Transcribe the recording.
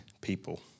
people